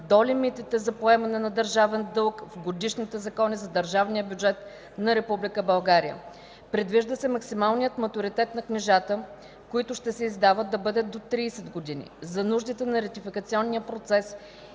до лимитите за поемане на държавен дълг в годишните закони за държавния бюджет на Република България. Предвижда се максималният матуритет на книжата, които ще се издават, да бъде до 30 години. За нуждите на ратификационния процес